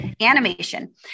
animation